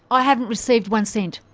i haven't received one cent.